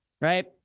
right